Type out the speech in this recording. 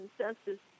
consensus